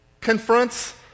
confronts